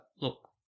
look